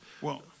Well-